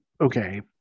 Okay